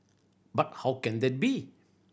but how can that be